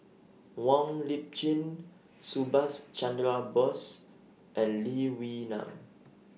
Wong Lip Chin Subhas Chandra Bose and Lee Wee Nam